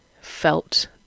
felt